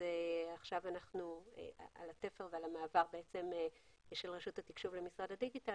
עכשיו אנחנו על התפר ועל המעבר של רשות התקשוב למשרד הדיגיטל